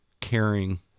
caring